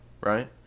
right